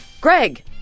Greg